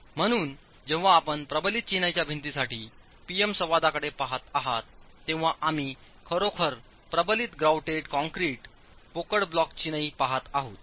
म्हणून जेव्हा आपण प्रबलित चिनाईच्या भिंतींसाठी P M संवादाकडे पहात आहात तेव्हा आम्ही खरोखर प्रबलित ग्राउटेड कंक्रीट पोकळ ब्लॉक चिनाई पाहत आहोत